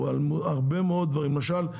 למשל,